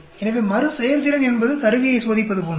எனவே மறுசெயற்திறன் என்பது கருவியைச் சோதிப்பது போன்றது